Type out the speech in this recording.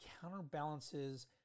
counterbalances